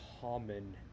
common